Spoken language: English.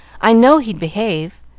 i know he'd behave.